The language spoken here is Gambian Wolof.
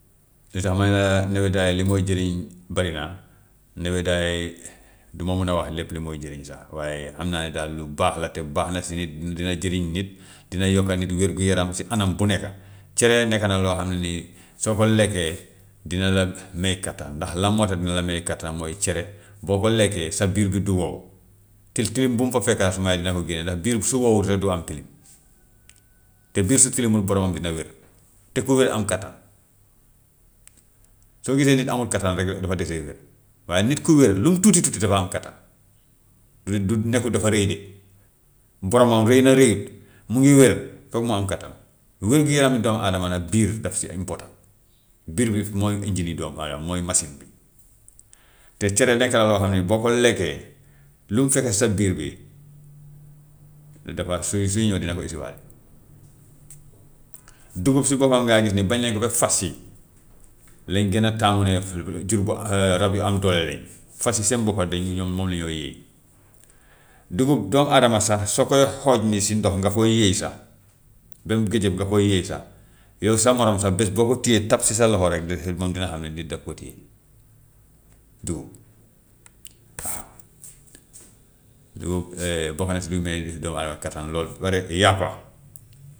Te sax ma ne la nebadaay li muy jëriñ bari na, nebedaay du ma mun a wax lépp lu muy jëriñ sax, waaye xam naa ne daal lu baax la te baax na si nit, dina jëriñ nit, dina yokka nit wér-gu-yaram si anam bu nekka. Cere nekk na loo xam ne nii soo ko lekkee dina la may kattan, ndax lan moo tax dina la may kattan mooy cere boo ko lekkee sa biir bi du wow, te tilim bu mu fa fekka su mayut dina ko génne ndax biir su wowut rek du am tilim, te biir su tilimut boromam dina wér, te ku wér am kattan. Soo gisee nit amut kattan rek dafa desee wér, waaye nit ku wér lu mu tuuti tuuti dafa am kattan. Nit du nekkul dafa rëy de, boromam rëy na rëyut mu ngi wér foog mu am kattan. Wér-gu-yaramu doomu adama nag diir daf si important biir bi mooy doomu adama mooy masiin bi. Te cere nekk na loo xam ne boo ko lekkee lu mu fekk si sa biir bi dafa suy suy ñëw dina ko. Dugub si boppam gaa yi gsi ni bañ nañu ko ba fas yi lañu gën a taamu ne dugub rab yu am doole lañu. Fas yi seen boppa dañu ñoom moom lañoo yëy. Dugub doomu adama sax soo koy xooj nii si ndox nga koy yëy sax ba mu gëjëf nga koy yëy sax, yow sa morom sax bés boo ko téyee tap si sa loxo rek moom dina xam ne nit daf ko téye dugub waaw, dugub bokk na si lu may nit ki doomu adama kattan lool, walla yàppa.